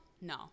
no